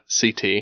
CT